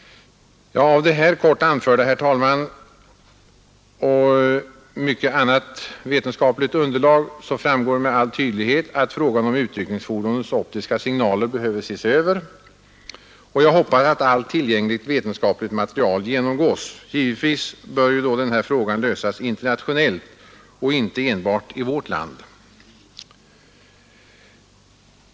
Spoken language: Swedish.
Av det här kort anförda, herr talman, och mycket annat vetenskapligt underlag framgår med all tydlighet att frågan om utryckningsfordonens optiska signaler behöver ses över, och jag hoppas att allt tillgängligt vetenskapligt material genomgås. Givetvis bör den här frågan lösas internationellt och inte enbart i vårt land.